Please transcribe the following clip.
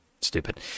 stupid